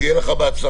שיהיה לך בהצלחה.